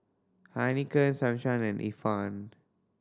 Heinekein Sunshine and Ifan